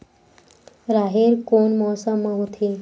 राहेर कोन मौसम मा होथे?